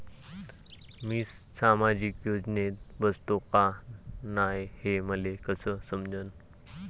मी सामाजिक योजनेत बसतो का नाय, हे मले कस समजन?